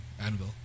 Anvil